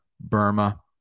Burma